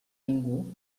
ningú